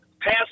pass